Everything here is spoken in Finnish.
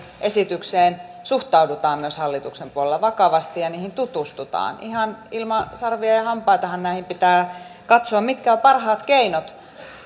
esityksiin suhtaudutaan myös hallituksen puolella vakavasti ja niihin tutustutaan ihan ilman sarvia ja ja hampaitahan näitä pitää katsoa mitkä ovat parhaat keinot